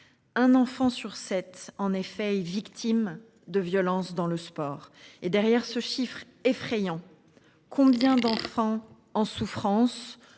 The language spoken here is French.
Un enfant sur 7 en effet victime de violence dans le sport et derrière ce chiffre effrayant. Combien d'enfants en souffrance